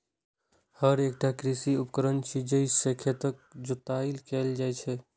हर एकटा कृषि उपकरण छियै, जइ से खेतक जोताइ कैल जाइ छै